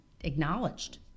acknowledged